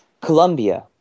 Colombia